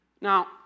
Now